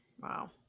Wow